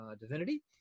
Divinity